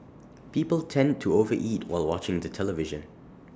people tend to overeat while watching the television